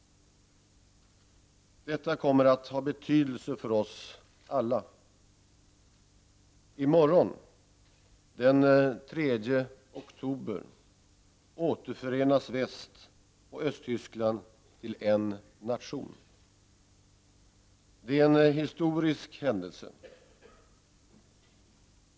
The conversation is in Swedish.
Detta kommer att ha stor betydelse för oss alla. I morgon, den 3 oktober, återförenas Väst och Östtyskland till en nation. Det är en historisk händelse.